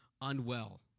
unwell